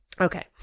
okay